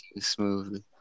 smoothly